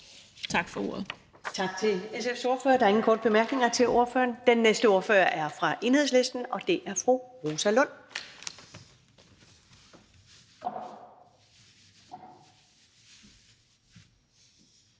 Tak for ordet.